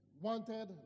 wanted